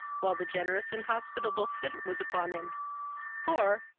while the generous and hospitable fit was upon him for,